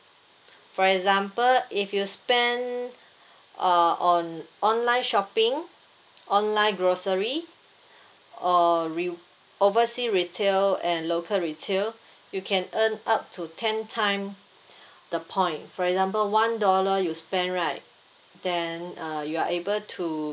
for example if you spend uh on online shopping online grocery or re~ oversea retail and local retail you can earn up to ten time the point for example one dollar you spend right then uh you are able to